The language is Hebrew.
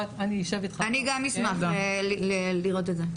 אני גם אשמח לראות את זה.